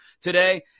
today